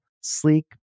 sleek